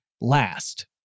last